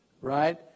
Right